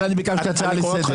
אבל אני ביקשתי הצעה לסדר.